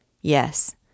Yes